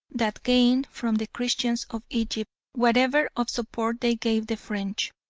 that gained from the christians of egypt whatever of support they gave the french.